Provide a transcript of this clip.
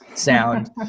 sound